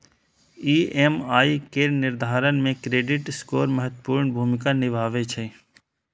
EMI केर निर्धारण मे क्रेडिट स्कोर महत्वपूर्ण भूमिका निभाबै छै